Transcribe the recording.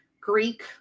greek